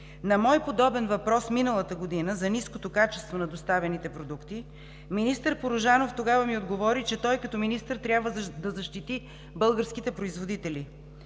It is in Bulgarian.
На мой подобен въпрос миналата година за ниското качество на доставените продукти министър Порожанов тогава ми отговори, че той като министър трябва да защити българските производители.